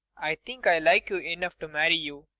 i think i like you enough to marry you.